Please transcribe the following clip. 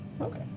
Okay